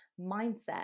mindset